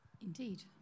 Indeed